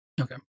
Okay